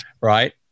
right